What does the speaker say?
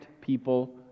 people